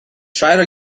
try